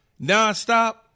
nonstop